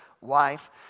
wife